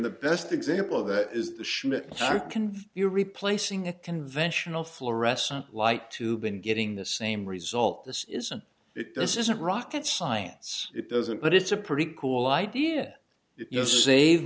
the best example of that is the schmidt can you replacing a conventional fluorescent light to been getting the same result this isn't it this isn't rocket science it doesn't but it's a pretty cool idea if you know save